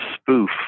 spoof